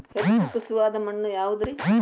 ಹೆಚ್ಚು ಖಸುವಾದ ಮಣ್ಣು ಯಾವುದು ರಿ?